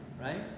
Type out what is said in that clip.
Right